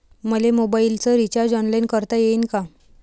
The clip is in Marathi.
मले मोबाईलच रिचार्ज ऑनलाईन करता येईन का?